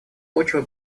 почвы